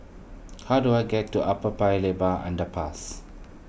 how do I get to Upper Paya Lebar Underpass